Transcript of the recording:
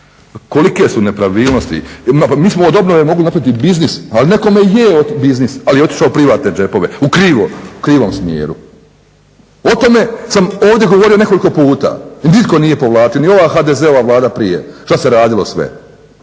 Kolike su nepravilnosti, pa mi smo od … mogli napraviti biznis, ali nekome je biznis ali je otišao u privatne džepove u krivom smjeru. O tome sam ovdje govorio nekoliko puta i nitko nije povlačio ni ova HDZ-ova Vlada prije što se radilo sve,